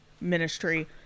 ministry